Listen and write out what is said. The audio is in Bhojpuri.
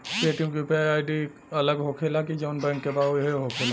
पेटीएम के यू.पी.आई आई.डी अलग होखेला की जाऊन बैंक के बा उहे होखेला?